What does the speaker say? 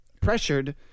pressured